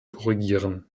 korrigieren